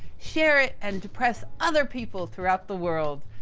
share it and depress other people throughout the world.